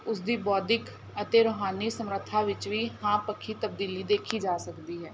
ਉਸਦੀ ਬੌਧਿਕ ਅਤੇ ਰੂਹਾਨੀ ਸਮਰੱਥਾ ਵਿੱਚ ਵੀ ਹਾਂ ਪੱਖੀ ਤਬਦੀਲੀ ਦੇਖੀ ਜਾ ਸਕਦੀ ਹੈ